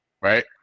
right